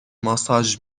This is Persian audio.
ماساژ